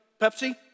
Pepsi